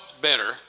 better